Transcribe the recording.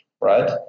right